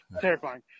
Terrifying